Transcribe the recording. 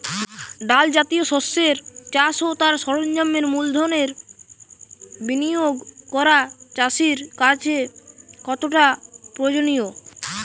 ডাল জাতীয় শস্যের চাষ ও তার সরঞ্জামের মূলধনের বিনিয়োগ করা চাষীর কাছে কতটা প্রয়োজনীয়?